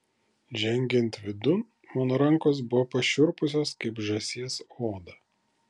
žengiant vidun mano rankos buvo pašiurpusios kaip žąsies oda